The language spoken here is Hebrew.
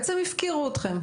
בעצם הפקירו אתכם?